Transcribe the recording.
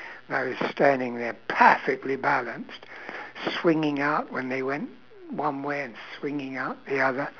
and I was standing there perfectly balanced swinging out when they went one way and swinging out the other